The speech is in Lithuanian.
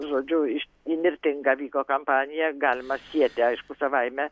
žodžiu iš įnirtinga vyko kampanija galima sieti aišku savaime